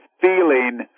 feeling